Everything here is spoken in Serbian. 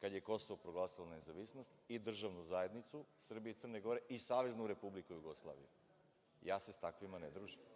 kad je Kosovo proglasilo nezavisnost, Državnu zajednicu Srbije i Crne Gore i Saveznu Republiku Jugoslaviju. Ja se s takvima ne družim.